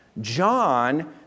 John